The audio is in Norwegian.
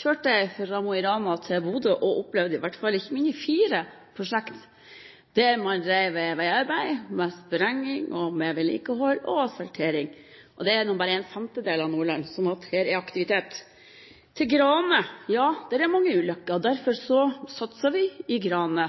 kjørte jeg fra Mo i Rana til Bodø og opplevde i hvert fall ikke mindre enn fire prosjekt der man drev med veiarbeid, med sprenging, vedlikehold og asfaltering. Og det er bare en femtedel av Nordland, så her er det aktivitet. I Grane er det mange ulykker, og derfor satser vi i Grane.